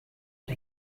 der